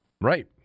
Right